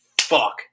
fuck